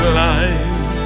life